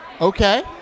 Okay